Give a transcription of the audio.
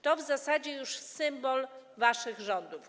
To w zasadzie już symbol waszych rządów.